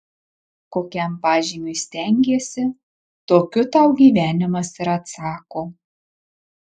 kokiam pažymiui stengiesi tokiu tau gyvenimas ir atsako